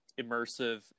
immersive